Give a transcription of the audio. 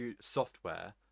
Software